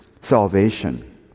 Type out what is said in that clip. salvation